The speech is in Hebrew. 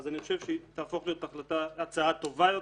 אני חושב שהיא תהפוך להיות הצעה טובה יותר,